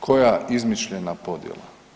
Koja izmišljena podjela?